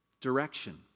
direction